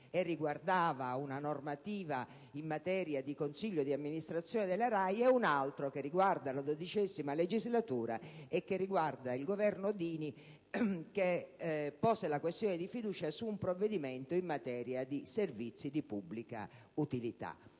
e riguardava una normativa in materia di consiglio d'amministrazione della RAI; un altro risale alla XII legislatura e riguardava il Governo Dini, che pose la questione di fiducia su un provvedimento in materia di servizi di pubblica utilità.